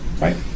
right